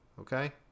okay